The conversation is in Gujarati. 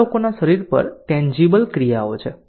આ લોકોના શરીર પર ટેન્જીબલ ક્રિયાઓ છે